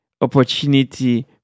opportunity